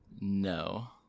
no